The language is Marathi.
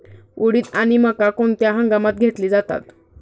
उडीद आणि मका कोणत्या हंगामात घेतले जातात?